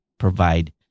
provide